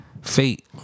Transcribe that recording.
Fate